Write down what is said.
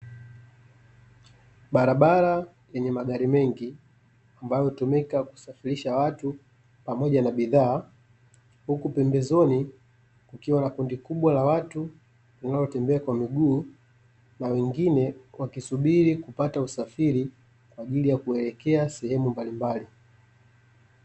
Barabara yenye magari mengi, ambayo hutumika kusafirisha watu pamoja na bidhaa, huku pembezoni kukiwa na kundi kubwa la watu wanaotembea kwa miguu na wangine wakisubiri kupata usafiri kwaajili ya kuelekea sehemu mbalimbali.